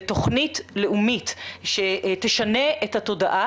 לתוכנית לאומית שתשנה את התודעה,